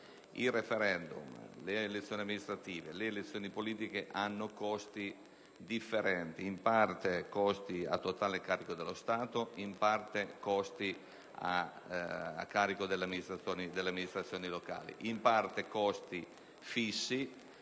Il *referendum,* le elezioni amministrative e quelle politiche hanno costi differenti, in parte a totale carico dello Stato, in parte a carico delle amministrazioni locali. In parte si tratta